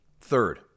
Third